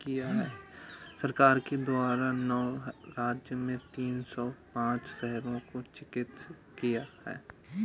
सरकार के द्वारा नौ राज्य में तीन सौ पांच शहरों को चिह्नित किया है